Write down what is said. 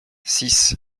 six